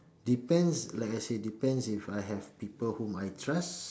depends like I said depends if I have people whom I trust